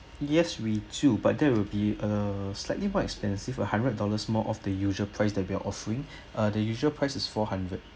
yes we do but there will be uh slightly more expensive a hundred dollars more of the usual price than we are offering uh the usual price is four hundred